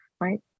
right